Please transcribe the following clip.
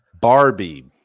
Barbie